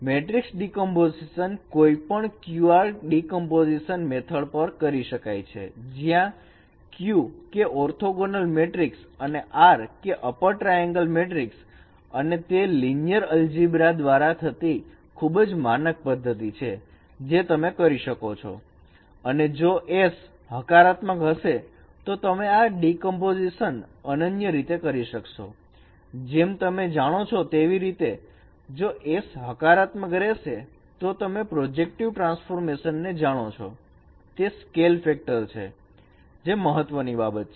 તેથી matrix decomposition કોઈપણ QR decomposition method પર કરી શકાય છે જ્યાં Q કે ઓર્થગોંનલ મેટ્રિકસ અને R એ અપર ટ્રાયેંગલ મેટ્રિકસ અને તે લીનિયર અલજીબ્રા દ્વારા થતી ખૂબ જ માનક પદ્ધતિ છે જે તમે કરી શકો છો અને જો s હકારાત્મક હશે તો તમે આ ડીકમ્પોઝિશન અનન્ય રીતે કરી શકશો જેમ તમે જાણો છો તેવી રીતે જો s હકારાત્મક રહેશે તો તમે તે પ્રોજેક્ટિવ ટ્રાન્સફોર્મેશનને જાણો છો તે સ્કેલ ફેકટર છે જે મહત્વની બાબત છે